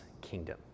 kingdom